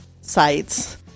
sites